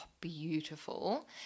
beautiful